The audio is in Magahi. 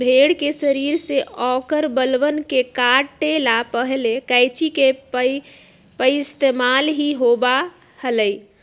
भेड़ के शरीर से औकर बलवन के काटे ला पहले कैंची के पइस्तेमाल ही होबा हलय